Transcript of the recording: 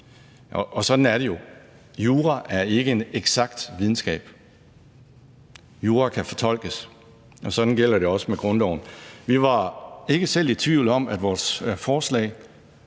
og sådan er det jo. Jura er ikke en eksakt videnskab. Jura kan fortolkes. Det gælder også for grundloven. Vi var ikke selv i tvivl om, at vores forslag